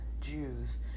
Jews